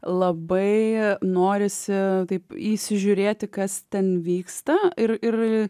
labai norisi taip įsižiūrėti kas ten vyksta ir ir